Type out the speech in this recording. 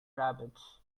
rabbits